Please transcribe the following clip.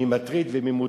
מי מטריד ומי מוטרד,